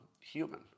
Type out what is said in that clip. human